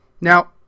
now